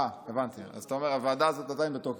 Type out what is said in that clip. אה, הבנתי, אז אתה אומר שהוועדה הזאת עדיין בתוקף.